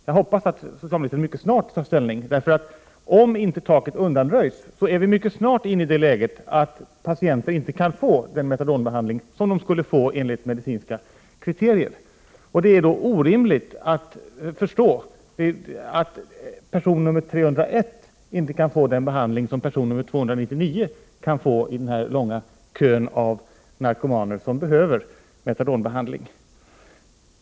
Jag hoppas emellertid att socialministern mycket snart tar ställning därför att om inte taket undanröjs är vi snabbt inne i det läget att patienter inte kan få den metadonbehandling som de enligt medicinska kriterier borde få. Det är orimligt att person nummer 301 inte kan få en behandling som person 299 kan få i den långa kön av narkomaner som behöver metadonbehandling.